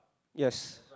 yes